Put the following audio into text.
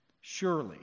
Surely